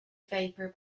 vapour